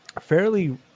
Fairly